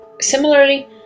Similarly